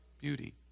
beauty